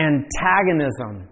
Antagonism